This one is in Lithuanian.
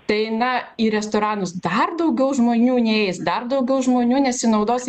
tai na į restoranus dar daugiau žmonių neis dar daugiau žmonių nesinaudos